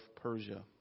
Persia